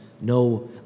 no